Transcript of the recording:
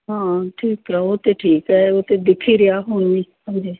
ਹਾਂ ਠੀਕ ਹੈ ਉਹ ਤਾਂ ਠੀਕ ਹੈ ਉਹ ਤਾਂ ਦਿਖ ਹੀ ਰਿਹਾ ਹੁਣ ਵੀ ਹਾਂਜੀ